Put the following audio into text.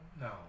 no